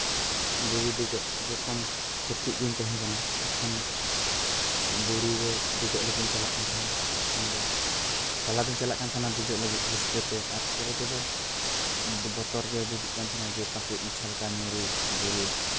ᱵᱩᱨᱩ ᱫᱮᱡᱚᱜ ᱡᱚᱠᱷᱚᱱ ᱠᱟᱹᱴᱤᱡ ᱜᱤᱧ ᱛᱟᱦᱮᱸ ᱠᱟᱱᱟ ᱛᱚᱠᱷᱚᱱ ᱵᱩᱨᱩ ᱨᱮ ᱫᱮᱡᱚᱜ ᱞᱟᱹᱜᱤᱫ ᱤᱧ ᱪᱟᱞᱟᱜ ᱠᱟᱱ ᱛᱟᱦᱮᱱᱟ ᱛᱚᱠᱷᱚᱱ ᱫᱚ ᱪᱟᱞᱟᱣ ᱫᱚᱧ ᱪᱟᱞᱟᱜ ᱠᱟᱱ ᱛᱟᱦᱮᱱᱟ ᱫᱮᱡᱚᱜ ᱞᱟᱹᱜᱤᱫ ᱨᱟᱹᱥᱠᱟᱹᱛᱮ ᱟᱨ ᱯᱚᱨᱮ ᱛᱮᱫᱚ ᱵᱚᱛᱚᱨ ᱜᱮ ᱵᱩᱡᱩᱜ ᱠᱟᱱ ᱛᱟᱦᱮᱱᱟ ᱡᱮ ᱯᱟᱥᱮᱡ ᱤᱧ ᱪᱷᱟᱞᱠᱟᱣ ᱧᱩᱨᱩᱜ